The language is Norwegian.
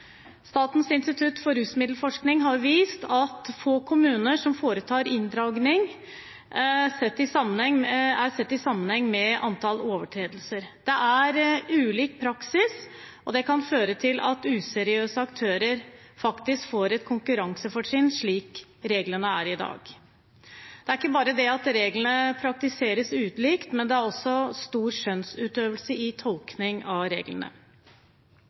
Statens institutt for rusmiddelforskning har vist at det er få kommuner som foretar inndragning, sett i sammenheng med antall overtredelser. Det er ulik praksis, og det kan føre til at useriøse aktører faktisk får et konkurransefortrinn, slik reglene er i dag. Det er ikke bare det at reglene praktiseres ulikt, men det er også stor skjønnsutøvelse i tolkning av reglene.